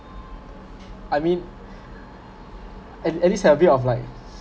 I mean at at least have a bit of like